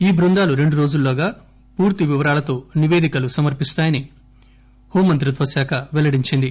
ఈ టృందాలు రెండు రోజుల్లోగా పూర్తి వివరాలతో నిపేదకలు సమర్పిస్తాయని హోంమంత్రిత్వ శాఖ పెల్లడించింది